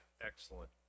Excellent